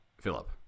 Philip